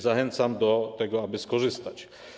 Zachęcam do tego, aby skorzystać.